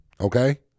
okay